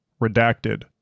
Redacted